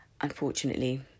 Unfortunately